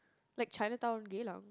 like Chinatown Geylang